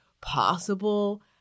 possible